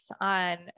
on